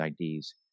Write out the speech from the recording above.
IDs